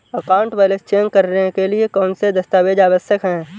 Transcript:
Account balance check करने के लिए कौनसे दस्तावेज़ आवश्यक हैं?